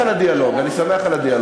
לא, אין בעיה, אני שמח על הדיאלוג.